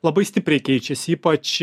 labai stipriai keičiasi ypač